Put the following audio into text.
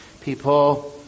people